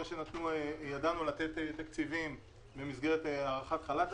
שידענו לתת תקציבים במסגרת הארכת חל"ת,